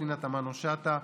פנינה תמנו שטה,